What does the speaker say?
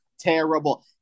terrible